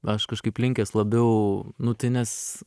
aš kažkaip linkęs labiau nu tai nes